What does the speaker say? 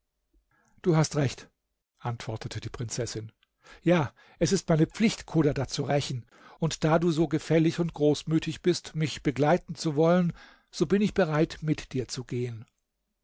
du hast recht antwortete die prinzessin ja es ist meine pflicht chodadad zu rächen und da du so gefällig und großmütig bist mich begleiten zu wollen so bin ich bereit mit dir zu gehen